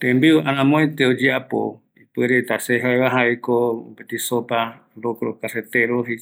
Tembiu aramoete oyeapova jaeko sopa, locro, jare samgui jei